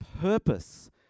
purpose